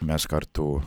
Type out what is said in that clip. mes kartu